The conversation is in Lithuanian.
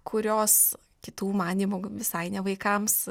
kurios kitų manymu visai ne vaikams